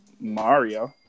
Mario